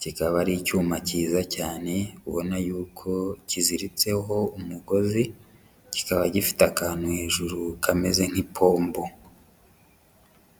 kikaba ari icyuma kiza cyane ubona yuko kiziritseho umugozi, kikaba gifite akantu hejuru kameze nk'ipombo.